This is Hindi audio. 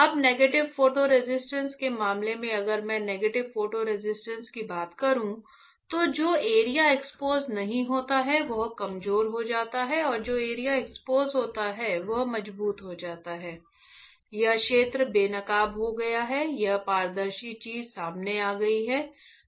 अब नेगेटिव फोटो रेजिस्टेंस के मामले में अगर मैं नेगेटिव फोटो रेसिस्टेंस की बात करूं तो जो एरिया एक्सपोज नहीं होता है वह कमजोर हो जाता है और जो एरिया एक्सपोज हो जाता है वह मजबूत हो जाता है यह क्षेत्र बेनकाब हो गया है यह पारदर्शी चीज सामने आ गई है